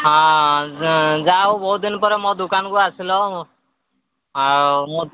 ହଁ ଯାହାହେଉ ବହୁତ ଦିନ ପରେ ମୋ ଦୋକାନକୁ ଆସିଲ ଆଉ ମୁଁ